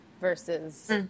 versus